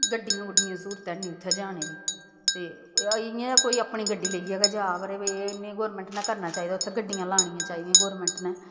गड्डियां गुड्डियें स्हूलत हैनी उत्थै जाने दी ते इ'यां कोई अपनी गड्डी लेइयै गै जा पर एह् निं गौरमेंट ने करना चाहिदा उत्थै गड्डियां लानियां चाह्दियां गौरमेंट ने